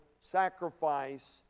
sacrifice